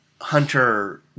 Hunter